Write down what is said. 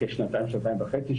לכשנתיים - שנתיים וחצי,